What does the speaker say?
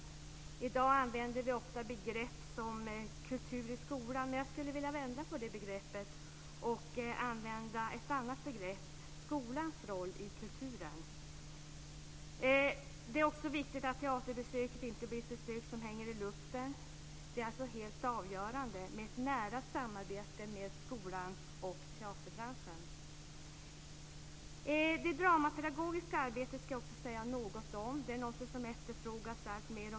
I dag använder vi ofta begrepp som "kultur i skolan". Jag skulle vilja vända på det begreppet och använda ett annat begrepp: Skolans roll i kulturen. Det är också viktigt att teaterbesöket inte blir ett besök som hänger i luften. Det är helt avgörande med ett nära samarbete mellan skolan och teaterbranschen. Det dramapedagogiska arbetet ska jag också säga något om. Det är något som efterfrågas alltmer.